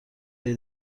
هایی